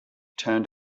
turned